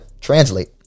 translate